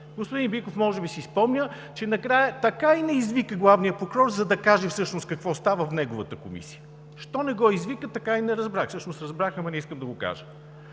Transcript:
Господин Биков може би си спомня, че накрая така и не извика главния прокурор, за да каже какво всъщност става в неговата комисия. Що не го извика – така и не разбрах! Всъщност разбрах, но не искам да го кажа.